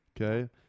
Okay